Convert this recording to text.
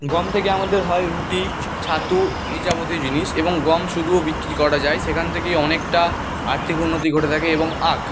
গম থেকে আমাদের হয় রুটি ছাতু এই যাবতীয় জিনিস এবং গম শুধুও বিক্রি করা যায় সেখান থেকে অনেকটা আর্থিক উন্নতি ঘটে থাকে এবং আখ